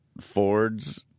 Ford's